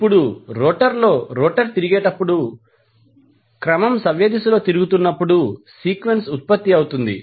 ఇప్పుడు రోటర్లో రోటర్ తిరిగేటప్పుడు క్రమం సవ్యదిశలో తిరుగుతున్నప్పుడు సీక్వెన్స్ ఉత్పత్తి అవుతుంది